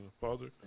Father